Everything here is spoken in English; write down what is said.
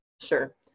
Sure